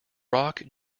rock